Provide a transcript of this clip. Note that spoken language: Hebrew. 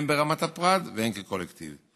הן ברמת הפרט והן כקולקטיב.